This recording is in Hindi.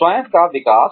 स्वयं का विकास